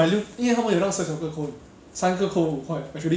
legit the 我吃到我吃到的 flavour 是 tao huey zui